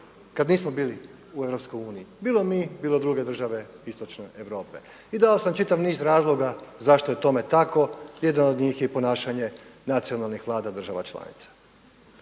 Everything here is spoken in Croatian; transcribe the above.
kada nismo bili u Europskoj uniji bilo mi, bilo druge države Istočne Europe i dao sam čitav niz razloga zašto je tome tako. Jedan od njih je i ponašanje nacionalnih vlada država članica.